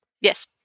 Yes